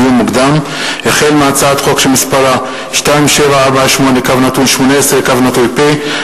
לדיון מוקדם: החל בהצעת חוק פ/2748/18 וכלה בהצעת חוק פ/2756/18,